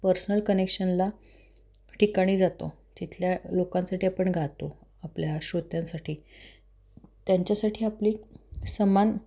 personal कनेक्शनला ठिकाणी जातो तिथल्या लोकांसाठी आपण गातो आपल्या श्रोत्यांसाठी त्यांच्यासाठी आपली समान